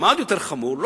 ומה חמור עוד יותר?